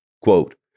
Quote